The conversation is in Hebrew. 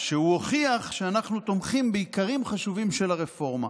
שהוא הוכיח שאנחנו תומכים בעיקרים חשובים של הרפורמה.